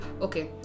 okay